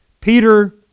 Peter